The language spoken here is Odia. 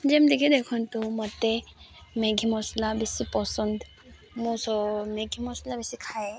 ଯେମିତିକି ଦେଖନ୍ତୁ ମୋତେ ମ୍ୟାଗି ମସଲା ବେଶୀ ପସନ୍ଦ ମୋ ସ ମ୍ୟାଗି ମସଲା ବେଶୀ ଖାଏ